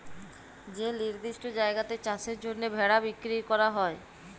যে লিরদিষ্ট জায়গাতে চাষের জ্যনহে ভেড়া বিক্কিরি ক্যরা হ্যয়